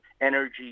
energy